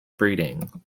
breeding